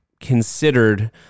considered